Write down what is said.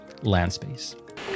Landspace